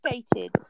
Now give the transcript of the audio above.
stated